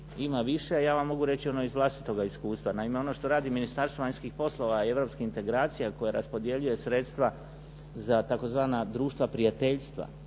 ima više. Ja vam mogu reći ono iz vlastitoga iskustva. Naime, ono što radi Ministarstvo vanjskih poslova i europskih integracija koje raspodjeljuje sredstva za tzv. društva prijateljstva.